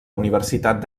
universitat